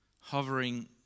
hovering